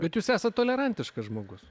bet jūs esat tolerantiškas žmogus